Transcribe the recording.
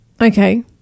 Okay